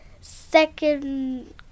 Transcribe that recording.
second